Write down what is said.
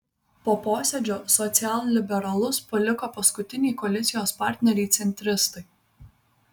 po posėdžio socialliberalus paliko paskutiniai koalicijos partneriai centristai